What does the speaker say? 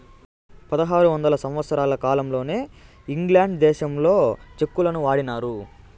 పదహారు వందల సంవత్సరాల కాలంలోనే ఇంగ్లాండ్ దేశంలో చెక్కులను వాడినారు